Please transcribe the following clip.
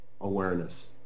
awareness